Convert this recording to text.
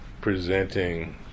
presenting